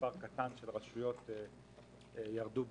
מספר קטן ירדו בסוציו.